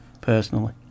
personally